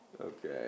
Okay